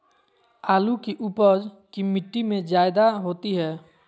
आलु की उपज की मिट्टी में जायदा होती है?